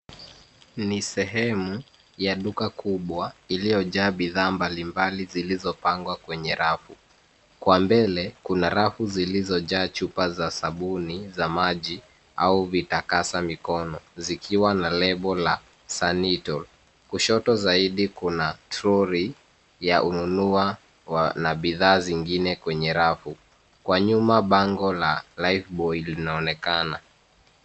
Ni sehemu ya duka kubwa iliyojaa bidhaa mbalimbali zilizopangwa kwenye rafu. Kwa mbele kuna rafu zilizojaa chupa za sabuni za maji au vitakasa mikon, zikiwa na lebo la Sanitol. Kushoto zaidi kuna toroli ya ununuzi na bidhaa zingine kwenye rafu. Kwa nyuma bango la Lifebouy linaonekana.